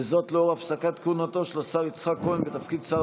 וזאת לאור הפסקת כהונתו של השר יצחק כהן בתפקיד שר